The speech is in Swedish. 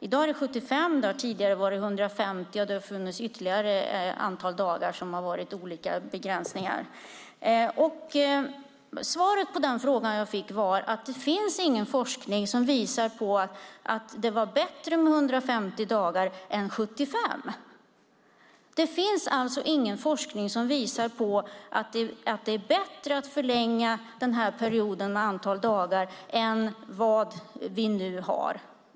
I dag är det 75 dagar, tidigare var det 150 dagar, och det har varit andra antal dagar för begränsningen. Svaret på den frågan var att det inte finns någon forskning som visar att det var bättre med 150 dagar än med 75 dagar. Det finns alltså ingen forskning som visar att det är bättre att förlänga den här perioden, det antal dagar som vi har nu.